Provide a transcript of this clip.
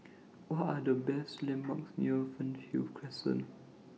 What Are The landmarks near Fernhill Crescent